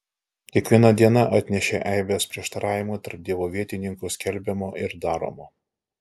kiekviena diena atnešė eibes prieštaravimų tarp dievo vietininkų skelbiamo ir daromo